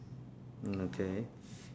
mm okay